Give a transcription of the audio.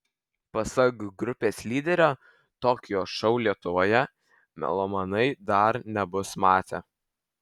pasak grupės lyderio tokio šou lietuvoje melomanai dar nebus matę